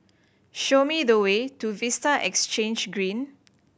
show me the way to Vista Exhange Green